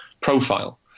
profile